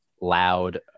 loud